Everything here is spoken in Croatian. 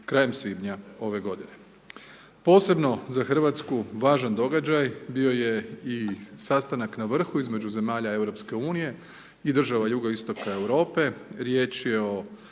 krajem svibnja ove g. Posebno za Hrvatsku važan događaj, bio je i sastanak na vrhu između zemalja EU i država jugoistoka Europske, riječ je o